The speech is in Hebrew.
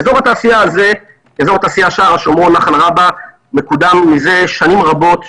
אזור התעשייה שער השומרון נחל רבה מקודם מזה שנים רבות,